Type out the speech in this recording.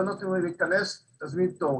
לא נותנים לו להיכנס ומבקשים שיזמין תור.